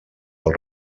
del